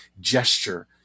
gesture